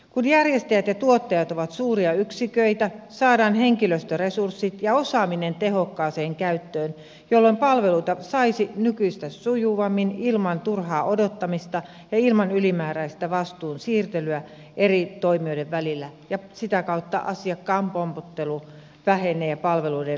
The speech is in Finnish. kun järjestäjät ja tuottajat ovat suuria yksiköitä saadaan henkilöstöresurssit ja osaaminen tehokkaaseen käyttöön jolloin palveluita saisi nykyistä sujuvammin ilman turhaa odottamista ja ilman ylimääräistä vastuun siirtelyä eri toimijoiden välillä ja sitä kautta asiakkaan pompottelu vähenee ja palveluiden laatu paranee